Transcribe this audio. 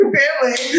family